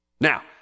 Now